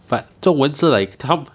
but 这种人是 like 他